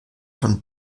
von